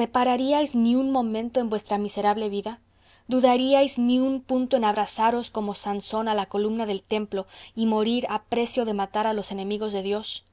repararíais ni un momento en vuestra miserable vida dudaríais ni un punto en abrazaros como sansón a la columna del templo y morir a precio de matar a los enemigos de dios